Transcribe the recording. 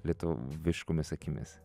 lietuv viškomis akimis